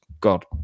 God